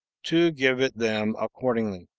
to give it them accordingly.